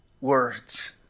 words